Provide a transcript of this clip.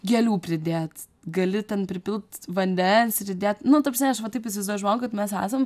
gėlių pridėt gali ten pripilt vandens ir įdėt nu ta prasme aš va taip įsivaizduoju žmogų kad mes esam